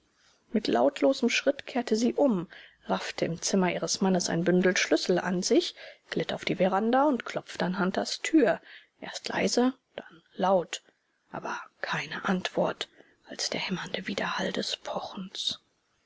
mit lautlosem schritt kehrte sie um raffte im zimmer ihres mannes ein bündel schlüssel an sich glitt auf die veranda und klopfte an hunters tür erst leise dann laut aber keine antwort als der hämmernde widerhall des pochens